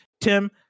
Tim